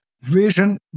Vision